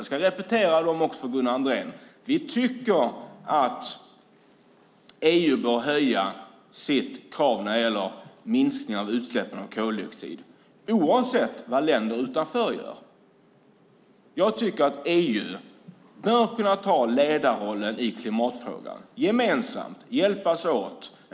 Jag ska repetera dem för Gunnar Andrén. Vi tycker att EU bör höja sitt krav när det gäller minskning av utsläppen av koldioxid, oavsett vad länder utanför gör. Jag tycker att EU bör kunna ta ledarrollen i klimatfrågan, gemensamt hjälpas åt.